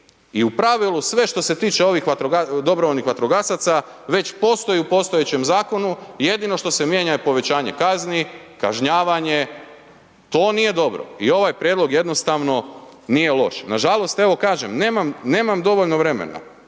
i u pravilu sve što se tiče ovih vatrogasaca, dobrovoljnih vatrogasaca, već postoji u postojećem zakonu, jedino što se mijenja je povećanje kazni, kažnjavanje, to nije dobro i ovaj prijedlog jednostavno nije loš, nažalost evo kažem, nemam, nemam dovoljno vremena,